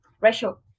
ratio